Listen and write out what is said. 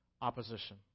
Opposition